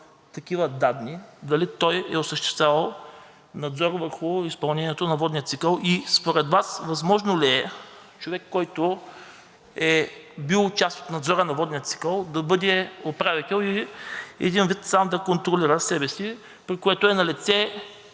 такива данни, дали той е осъществявал надзор върху изпълнението на водния цикъл и според Вас възможно ли е човек, който е бил част от надзора на водния цикъл, да бъде управител и един вид сам да контролира себе си, при което е налице